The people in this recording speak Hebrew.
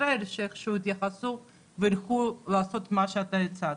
ישראל שאיכשהו יתייחסו וילכו לעשות מה שהצעת.